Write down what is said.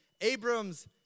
Abram's